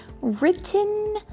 written